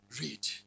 Read